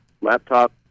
laptop